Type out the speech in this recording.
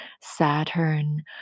Saturn